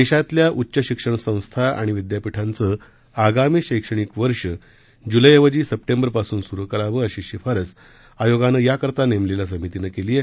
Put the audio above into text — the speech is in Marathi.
देशातल्या उच्च शिक्षण संस्था आणि विद्यापीठांचं आगामी शैक्षणिक वर्ष जुलै ऐवजी सप्टेंबर पासून सुरु करावं अशी शिफारस आयोगाने याकरता नेमलेल्या समितीने केली आहे